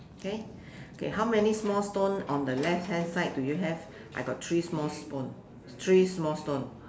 okay okay how many small stone on the left hand side do you have I got three small spoon three small stone